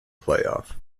playoff